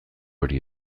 hori